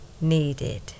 needed